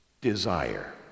desire